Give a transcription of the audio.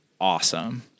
awesome